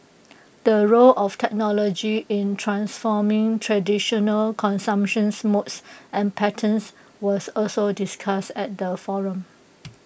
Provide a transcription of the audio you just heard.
the role of technology in transforming traditional consumptions modes and patterns was also discussed at the forum